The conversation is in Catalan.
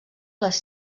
les